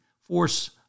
force